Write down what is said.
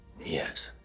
Yes